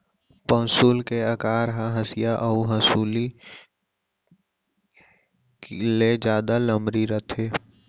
पौंसुल के अकार ह हँसिया अउ हँसुली ले जादा लमरी रथे